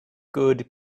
good